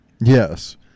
Yes